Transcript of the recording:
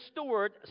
steward